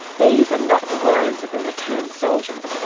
these are not the words of a returned soldier,